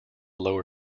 lower